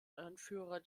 anführer